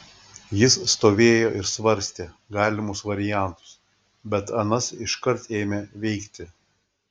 jis stovėjo ir svarstė galimus variantus bet anas iškart ėmė veikti